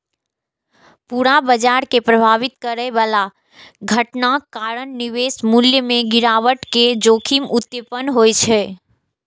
पूरा बाजार कें प्रभावित करै बला घटनाक कारण निवेश मूल्य मे गिरावट के जोखिम उत्पन्न होइ छै